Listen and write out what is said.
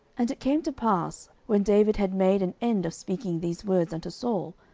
and it came to pass, when david had made an end of speaking these words unto saul,